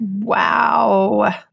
Wow